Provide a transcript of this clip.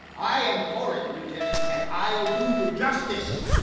i am for it, lieutenant and i'll do you justice.